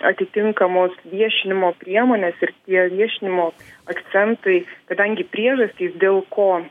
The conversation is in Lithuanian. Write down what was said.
atitinkamos viešinimo priemonės ir tie viešinimo akcentai kadangi priežastys dėl ko